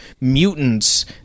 mutants